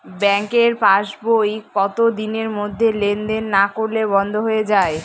ব্যাঙ্কের পাস বই কত দিনের মধ্যে লেন দেন না করলে বন্ধ হয়ে য়ায়?